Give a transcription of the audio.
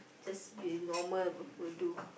just be normal would do